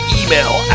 email